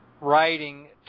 writing